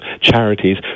charities